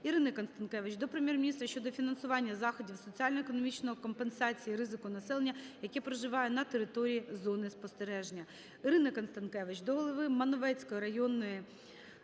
Ірини Констанкевич до Прем'єр-міністра щодо фінансування заходів соціально-економічної компенсації ризику населення, яке проживає на території зони спостереження. Ірини Констанкевич до голови Маневицької районної